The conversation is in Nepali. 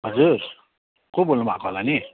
हजुर को बोल्नुभएको होला नि